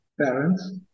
parents